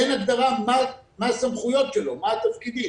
אין הגדרה מה הסמכויות שלו, מה התפקידים.